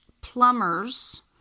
plumbers